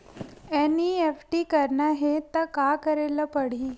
NEFT करना हे त का करे ल पड़हि?